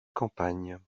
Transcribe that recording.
campagne